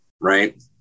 right